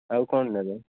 ଆଉ କ'ଣ ନେବେ